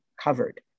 covered